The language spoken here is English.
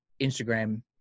Instagram